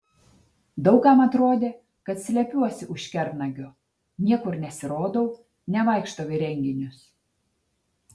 daug kam atrodė kad slepiuosi už kernagio niekur nesirodau nevaikštau į renginius